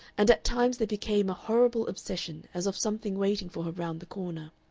and at times they became a horrible obsession as of something waiting for her round the corner.